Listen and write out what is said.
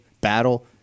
battle